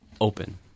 open